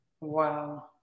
Wow